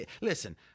listen